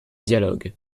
dialogue